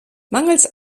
mangels